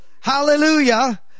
Hallelujah